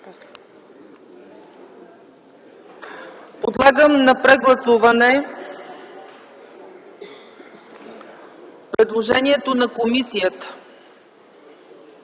Подлагам на прегласуване предложението на комисията